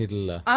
l'm